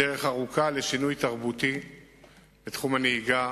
אני אומר לכם: הדרך ארוכה לשינוי תרבותי בתחום הנהיגה,